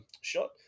shot